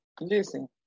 Listen